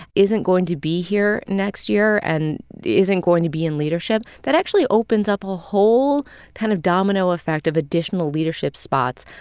isn't going to be here next year and isn't going to be in leadership, that actually opens up a whole kind of domino effect of additional leadership spots.